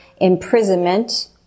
imprisonment